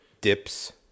Dips